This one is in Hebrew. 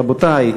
רבותי,